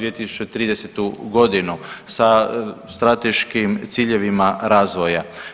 2030. godinu sa strateškim ciljevima razvoja.